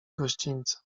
gościńca